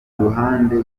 ruhande